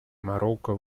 марокко